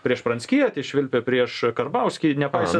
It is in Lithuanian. prieš pranckietį švilpė prieš karbauskį nepaisė